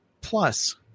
plus